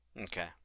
Okay